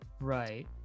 Right